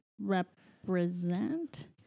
represent